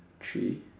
three